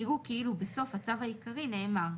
יראו כאילו בסוף הצו העיקרי נאמר: